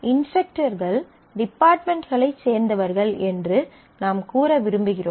இன்ஸ்டரக்டர்கள் டிபார்ட்மென்ட்களைச் சேர்ந்தவர்கள் என்று நாம் கூற விரும்புகிறோம்